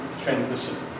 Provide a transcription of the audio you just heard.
transition